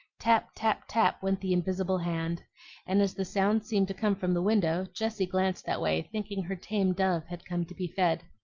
tap, tap, tap! went the invisible hand and as the sound seemed to come from the window, jessie glanced that way, thinking her tame dove had come to be fed.